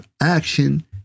action